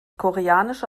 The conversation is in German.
koreanische